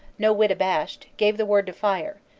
no whit abashed, gave the word to fire,